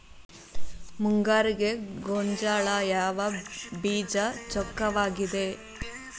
ಮುಂಗಾರಿಗೆ ಗೋಂಜಾಳ ಯಾವ ಬೇಜ ಚೊಕ್ಕವಾಗಿವೆ?